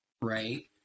right